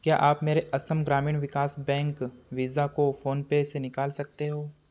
क्या आप मेरे असम ग्रामीण विकास बैंक वीज़ा को फ़ोनपे से निकाल सकते हो